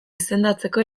izendatzeko